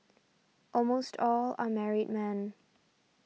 almost all are married men